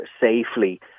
safely